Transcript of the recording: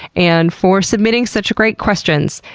and for submitting such great questions.